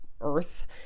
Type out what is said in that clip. earth